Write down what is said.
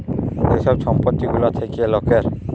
যে ছব সম্পত্তি গুলা থ্যাকে লকের